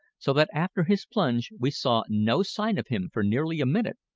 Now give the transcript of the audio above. so that after his plunge we saw no sign of him for nearly a minute,